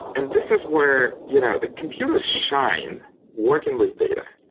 and this is where you know a computer shine working with data.